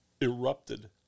erupted